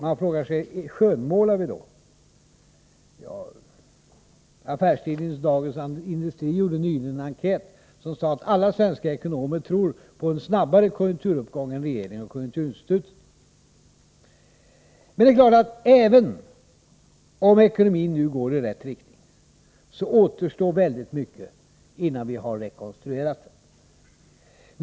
Man frågar sig: Gör vi en skönmålning? Affärstidningen Dagens Industri gjorde nyligen en enkät. Därav framgick att alla svenska ekonomer tror på en snabbare konjunkturuppgång än regeringen och konjunkturinstitutet gör. Men det är klart att även om utvecklingen av ekonomin nu går i rätt riktning, återstår väldigt mycket innan vi har rekonstruerat den.